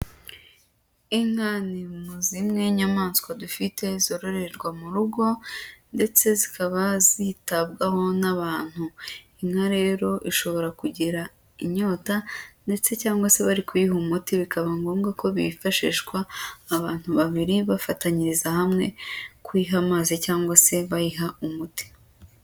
Inka ni mu zimwe nyayamaswa dufite zororerwa mu rugo ndetse zikaba zitabwaho n'abantu, inka rero ishobora kugira inyota ndetse cyangwa se bari kuyiha umuti bikaba ngombwa ko bifashishwa abantu babiri bafatanyiriza hamwe, kuyiha amazi cyangwa se bayiha umuti.